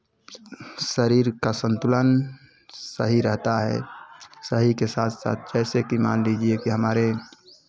शरीर का संतुलन सही रहता है सही के साथ साथ जैसे कि मान लीजिए कि हमारे